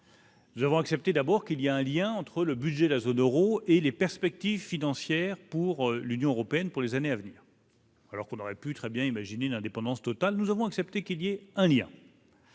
Je vous accepter d'abord qu'il y a un lien entre le budget, la zone Euro et les perspectives financières pour l'Union européenne pour les années à venir alors qu'on aurait pu très bien imaginer une indépendance totale, nous avons accepté, qui un lien.